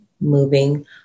moving